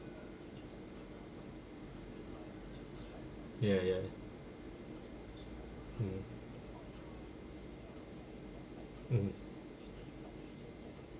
ya ya mm mm